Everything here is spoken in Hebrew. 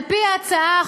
על-פי ההצעה,